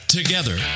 together